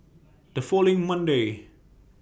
The following Monday